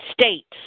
States